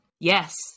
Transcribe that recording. Yes